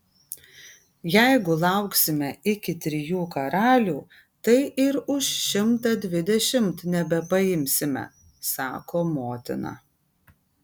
jeigu lauksime iki trijų karalių tai ir už šimtą dvidešimt nebepaimsime sako motina